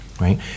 right